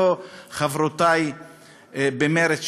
לא חברותי במרצ,